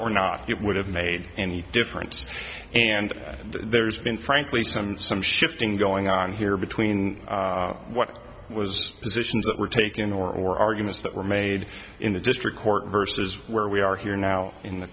or not it would have made any difference and there's been frankly some some shifting going on here between what was positions that were taken or arguments that were made in the district court versus where we are here now in the